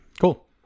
Cool